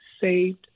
saved